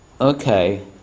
Okay